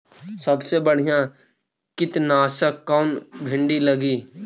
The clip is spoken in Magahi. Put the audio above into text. सबसे बढ़िया कित्नासक कौन है भिन्डी लगी?